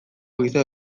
giza